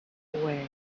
away